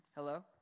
Hello